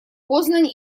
познань